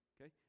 Okay